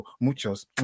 Muchos